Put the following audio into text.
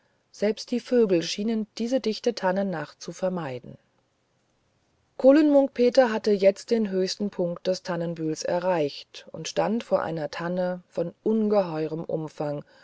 selbst die vögel schienen diese dichte tannennacht zu vermeiden kohlen munk peter hatte jetzt den höchsten punkt des tannenbühls erreicht und stand vor einer tanne von ungeheurem umfang